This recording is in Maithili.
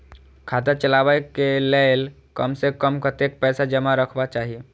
खाता चलावै कै लैल कम से कम कतेक पैसा जमा रखवा चाहि